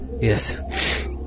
Yes